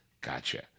Gotcha